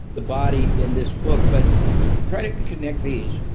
the body in this book but try to connect these.